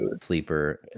sleeper